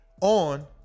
on